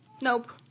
nope